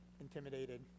intimidated